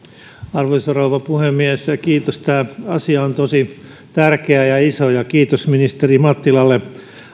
arvoisa rouva puhemies kiitos tämä asia on tosi tärkeä ja ja iso ja kiitos ministeri mattilalle